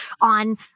on